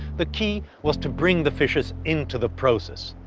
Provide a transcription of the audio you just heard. the key was to bring the fishers into the process.